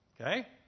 Okay